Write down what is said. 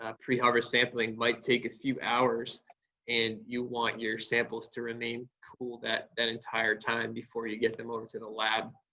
ah pre-harvest sampling might take a few hours and you want your samples to remain cool that that entire time before you get them over to the lab.